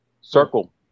circle